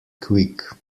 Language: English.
quick